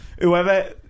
Whoever